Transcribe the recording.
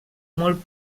molt